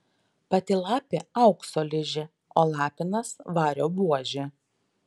pati lapė aukso ližė o lapinas vario buožė